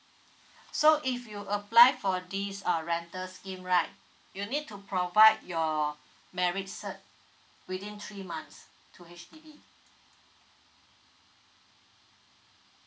so if you apply for this uh rental scheme right you need to provide your marriage cert within three months to H_D_B